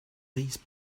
these